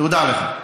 תודה לך.